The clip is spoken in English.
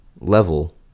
level